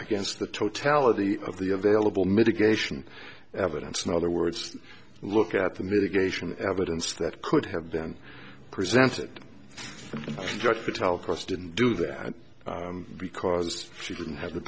against the totality of the available mitigation evidence no other words look at the medication evidence that could have been presented just to tell cause didn't do that because she didn't have the